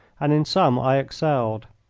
and in some i excelled.